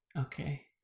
Okay